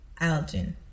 Algin